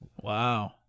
wow